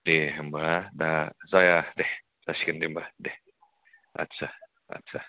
दे होम्बा दा जाया दे जासिगोन होम्बा दे आत्सा आत्सा